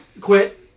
Quit